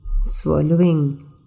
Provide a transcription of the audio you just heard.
swallowing